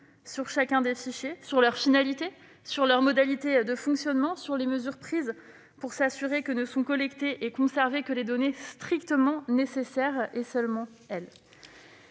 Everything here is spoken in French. sur chacun des fichiers, sur leurs finalités, leurs modalités de fonctionnement, les mesures prises pour s'assurer que ne sont collectées et conservées que les seules données strictement nécessaires. J'observe une